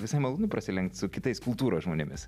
visai malonu prasilenkt su kitais kultūros žmonėmis